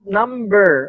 number